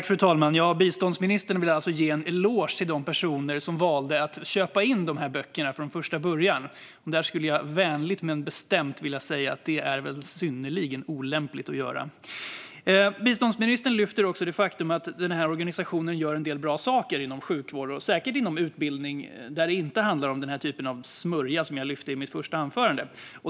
Fru talman! Biståndsministern vill alltså ge en eloge till de personer som valde att köpa in de här böckerna från första början. Jag skulle vänligt men bestämt vilja säga att det är synnerligen olämpligt att göra det. Biståndsministern lyfter också fram det faktum att den här organisationen gör en del bra saker inom sjukvård och säkert inom utbildning där det inte handlar om den här typen av smörja som jag lyfte fram i mitt första anförande.